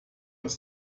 was